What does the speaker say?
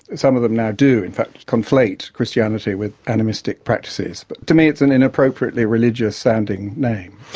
some of them now do in fact conflate christianity with animistic practices. but to me it's an inappropriately religious sounding name.